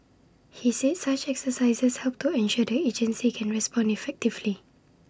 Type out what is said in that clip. he said such exercises help to ensure the agencies can respond effectively